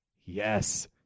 Yes